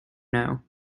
know